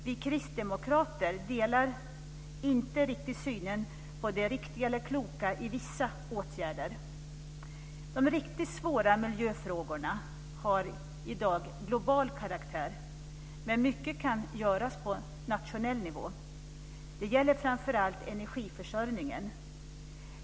Vi kristdemokrater delar dock inte synen på det riktiga eller kloka i vissa åtgärder. De riktigt svåra miljöfrågorna har i dag global karaktär, men mycket kan göras på nationell nivå. Det gäller framför allt energiförsörjningen.